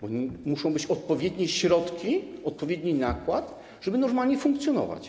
Bo muszą być odpowiednie środki, odpowiedni nakład, żeby normalnie funkcjonować.